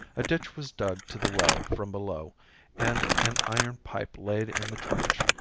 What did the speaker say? a ditch was dug to the well from below and an iron pipe laid in the trench,